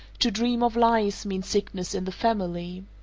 to dream of lice means sickness in the family.